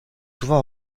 souvent